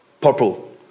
purple